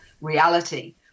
reality